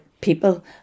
people